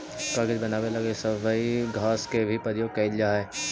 कागज बनावे लगी सबई घास के भी प्रयोग कईल जा हई